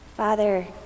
Father